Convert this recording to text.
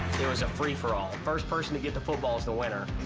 was a free-for-all. first person to get the football is the winner.